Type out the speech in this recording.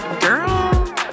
girl